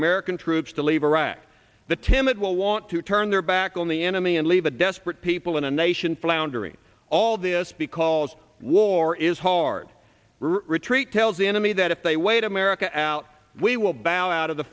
american troops to leave iraq the timid will want to turn their back on the enemy and leave a desperate people in a nation floundering all this be called war is hard retreat tells the enemy that if they wait america out we will bow out of the